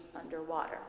underwater